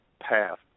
path